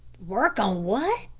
work on what?